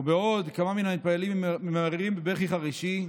ובעוד כמה מן המתפללים ממררים בבכי חרישי,